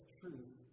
truth